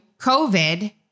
COVID